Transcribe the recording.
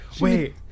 Wait